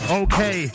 okay